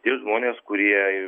tie žmonės kurie